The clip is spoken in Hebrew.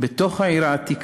בתוך העיר העתיקה,